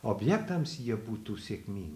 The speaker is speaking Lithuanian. objektams jie būtų sėkmin